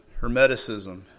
Hermeticism